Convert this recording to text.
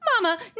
Mama